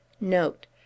note